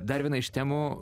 dar vena iš temų